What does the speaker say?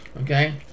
okay